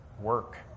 work